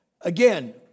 again